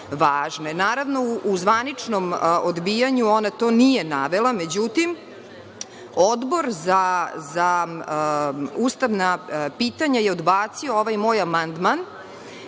važne. Naravno, u zvaničnom odbijanju ona to nije navela, međutim Odbor za ustavna pitanja je odbacio ovaj moj amandman